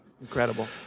Incredible